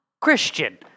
Christian